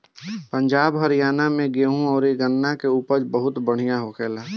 पंजाब, हरियाणा में गेंहू अउरी गन्ना के उपज बहुते बढ़िया होखेला